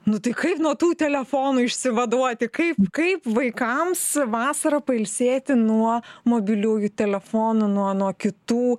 nu tai kaip nuo tų telefonų išsivaduoti kaip kaip vaikams vasarą pailsėti nuo mobiliųjų telefonų nuo nuo kitų